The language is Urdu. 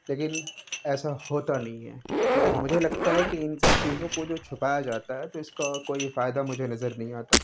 لیکن ایسا ہوتا نہیں ہے تو مجھے لگتا ہے کہ ان سب چیزوں کو جو چھپایا جاتا ہے تو اس کا کوئی فائدہ مجھے نظر نہیں آتا